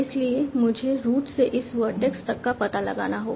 इसलिए मुझे रूट से इस वर्टेक्स तक का पता लगाना होगा